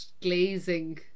glazing